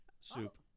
soup